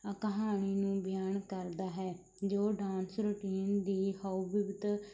ਕਹਾਣੀ ਨੂੰ ਬਿਆਨ ਕਰਦਾ ਹੈ ਜੋ ਡਾਂਸ ਰੂਟੀਨ ਦੀ